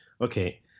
Okay